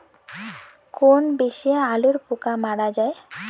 কোন বিষে আলুর পোকা মারা যায়?